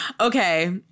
Okay